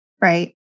right